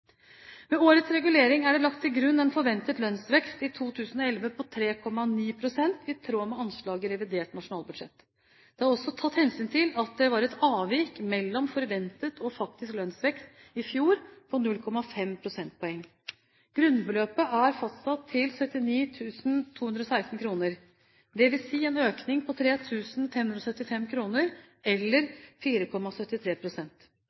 Ved årets regulering er det lagt til grunn en forventet lønnsvekst i 2011 på 3,9 pst., i tråd med anslaget i revidert nasjonalbudsjett. Det er også tatt hensyn til at det var et avvik mellom forventet og faktisk lønnsvekst i fjor på 0,5 prosentpoeng. Grunnbeløpet er fastsatt til 79 216 kr, dvs. en økning på